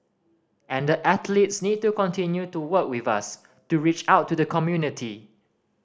and the athletes need to continue to work with us to reach out to the community